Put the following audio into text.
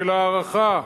של הערכה,